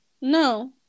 No